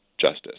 justice